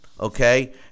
okay